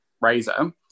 Razor